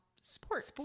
sports